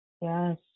Yes